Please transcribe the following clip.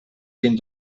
quin